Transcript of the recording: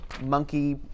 monkey